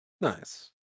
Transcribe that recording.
Nice